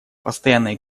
постоянные